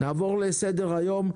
נעבור לסדר היום.